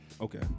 Okay